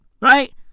Right